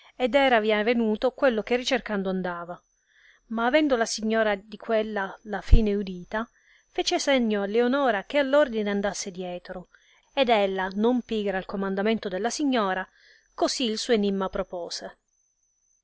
ed eravi avenuto quello che ricercando andava ma avendo la signora di quella la fine udita fece segno a lionora che all ordine andasse dietro ed ella non pigra al comandamento della signora così il suo enimma propose